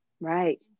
Right